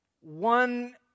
One